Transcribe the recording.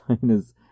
China's